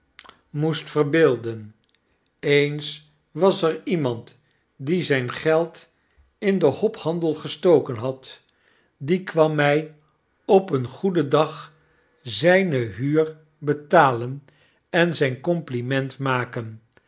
moest verbeelden eens was er iemand die zyn geld in den hophandel gestoken had die kwam wandelende christenen my op een goeden dag zyne huur betalen en zyn compliment maken